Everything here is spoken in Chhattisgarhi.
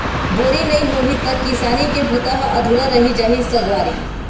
बोरी नइ होही त किसानी के बूता ह अधुरा रहि जाही सगवारी